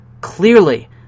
clearly